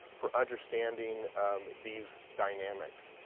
for understanding these dynamics,